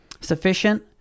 sufficient